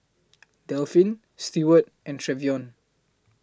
Delphin Steward and Trevion